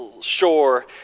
shore